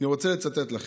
אני רוצה לצטט לכם,